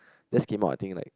just came out I think like